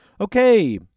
okay